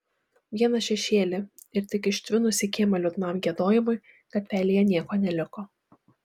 vieną šešėlį ir tik ištvinus į kiemą liūdnam giedojimui gatvelėje nieko neliko